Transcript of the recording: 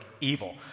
evil